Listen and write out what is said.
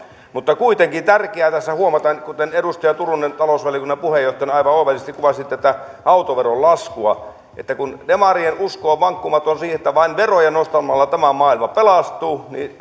mutta kuitenkin on tärkeää tässä huomata kuten edustaja turunen talousvaliokunnan puheenjohtajana aivan oivallisesti kuvasi tätä autoveron laskua että kun demarien usko on vankkumaton siihen että vain veroja nostamalla tämä maailma pelastuu niin